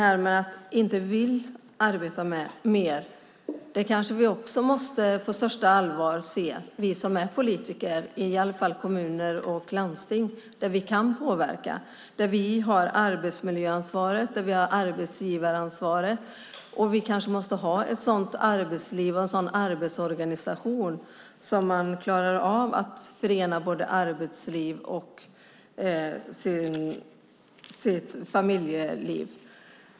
När det gäller att vissa inte vill arbeta mer måste vi som är politiker, i alla fall i kommuner och landsting, där vi kan påverka och där vi har arbetsmiljöansvaret och arbetsgivaransvaret, se med största allvar på att vi måste ha ett arbetsliv och en arbetsorganisation som gör att man klarar av att förena arbetsliv och familjeliv.